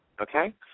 okay